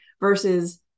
versus